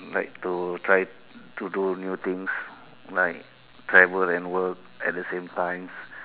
like to try to do new things like travel and work at the same times